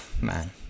man